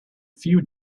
few